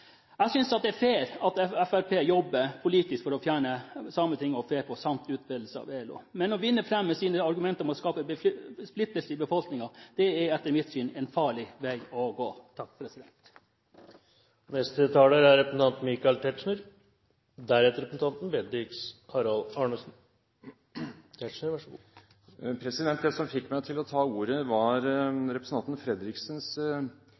Jeg synes at det er fair at Fremskrittspartiet jobber politisk for å fjerne Sametinget og FeFo samt utmeldelse av ILO. Men å vinne fram med sine argumenter ved å skape splittelse i befolkningen er etter mitt syn en farlig vei å gå. Det som fikk meg til å ta ordet, var representanten Fredriksens